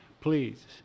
please